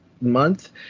month